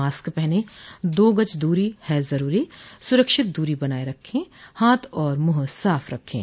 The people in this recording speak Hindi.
मास्क पहनें दो गज दूरी है जरूरी सुरक्षित दूरी बनाए रखें हाथ और मुंह साफ रखें